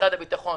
למשרד הביטחון.